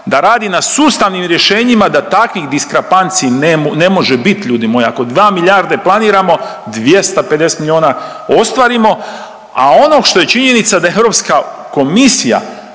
da radi na sustavnim rješenjima da takvim diskrapancija ne, ne može biti, ljudi moji, ako dva milijarde planiramo, 250 milijuna ostvarimo, a ono što je činjenica da EK nam